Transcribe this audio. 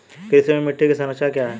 कृषि में मिट्टी की संरचना क्या है?